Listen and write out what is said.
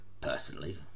personally